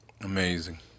Amazing